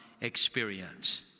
experience